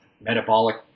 metabolic